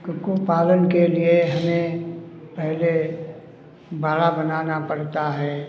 कुकु पालन के लिए हमें पहले बाड़ा बनाना पड़ता है